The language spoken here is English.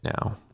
now